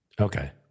Okay